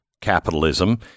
capitalism